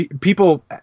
people